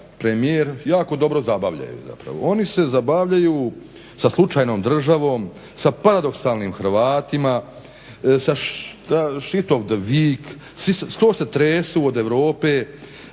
premijer, jako dobro zabavljaju zapravo. Oni se zabavljaju sa slučajnom državom, sa paradoksalnim Hrvatima, sa … skoro se tresu od Europe,